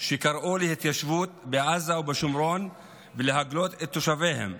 וקראו להתיישבות בעזה ובשומרון ולהגלות את תושביהם.